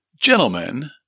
gentlemen